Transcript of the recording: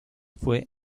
fue